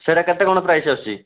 ସେଇଟା କେତେ କ'ଣ ପ୍ରାଇସ୍ ଆସୁଛି